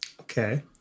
Okay